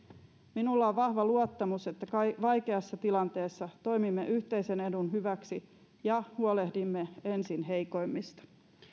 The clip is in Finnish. minulla on vahva luottamus että vaikeassa tilanteessa toimimme yhteisen edun hyväksi ja huolehdimme ensin heikoimmista